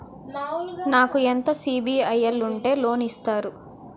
నాకు ఎంత సిబిఐఎల్ ఉంటే లోన్ ఇస్తారు?